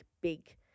big